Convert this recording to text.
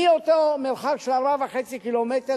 מאותו מרחק של 4.5 קילומטרים,